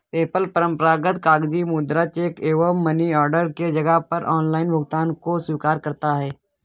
PayPal परंपरागत कागजी मुद्रा, चेक एवं मनी ऑर्डर के जगह पर ऑनलाइन भुगतान को स्वीकार करता है